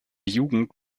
jugend